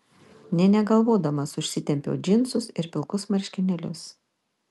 nė negalvodamas užsitempiau džinsus ir pilkus marškinėlius